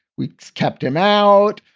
we kept him out,